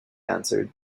answered